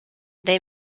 they